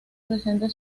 presente